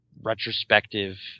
Retrospective